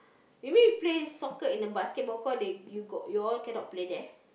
maybe play soccer in the basketball court they you got you all cannot play there